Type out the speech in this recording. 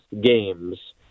games